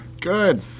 Good